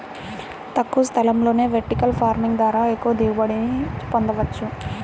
తక్కువ స్థలంలోనే vertical farming ద్వారా ఎక్కువ దిగుబడిని పొందవచ్చు